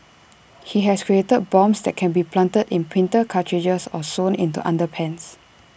he has created bombs that can be planted in printer cartridges or sewn into underpants